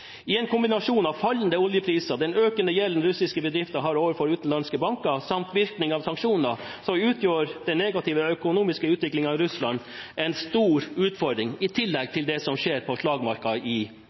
I en kombinasjon av fallende oljepriser, den økende gjelden russiske bedrifter har overfor utenlandske banker, samt virkningene av sanksjonene, utgjør den negative økonomiske utviklingen i Russland en stor utfordring, i tillegg